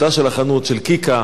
ממש לא הופתעתי.